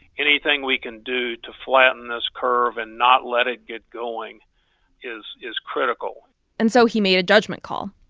anything we can do to flatten this curve and not let it get going is is critical and so he made a judgment call.